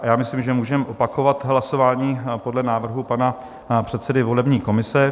Já myslím, že můžeme opakovat hlasování podle návrhu pana předsedy volební komise.